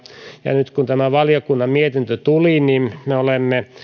ja nyt kun valiokunnan mietintö tuli niin me olemme